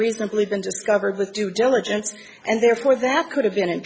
reasonably been discovered with due diligence and therefore that could have been i